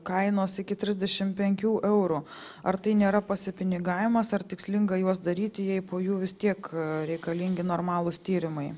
kainos iki trisdešim penkių eurų ar tai nėra pasipinigavimas ar tikslinga juos daryti jei po jų vis tiek reikalingi normalūs tyrimai